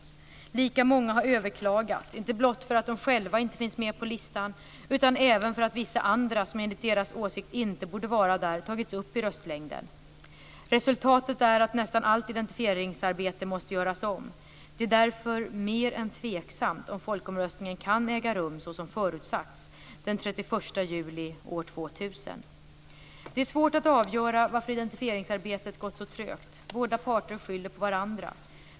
Lika många har överklagat, inte blott för att de själva inte finns med på listan, utan även för att vissa andra, som enligt deras åsikt inte borde vara där, tagits upp i röstlängden. Resultatet är att nästan allt identifieringsarbete måste göras om. Det är därför mer än tveksamt om folkomröstningen kan äga rum såsom förutsagts den Det är svårt att avgöra varför identifieringsarbetet gått så trögt. Båda parter skyller på varandra.